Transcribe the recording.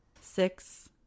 Six